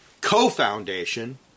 co-foundation